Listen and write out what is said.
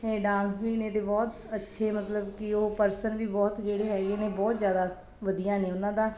dance ਵੀ ਨੇ ਅਤੇ ਬਹੁਤ ਅੱਛੇ ਮਤਲਬ ਕਿ ਉਹ ਪਰਸਨ ਵੀ ਬਹੁਤ ਜਿਹੜੇ ਹੈਗੇ ਨੇ ਬਹੁਤ ਜ਼ਿਆਦਾ ਵਧੀਆ ਨੇ ਉਹਨਾਂ ਦਾ